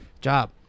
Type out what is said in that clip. job